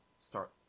start